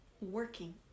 working